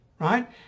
right